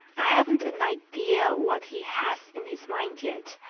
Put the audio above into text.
i haven't an idea what he has in his mind yet,